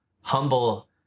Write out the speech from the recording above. humble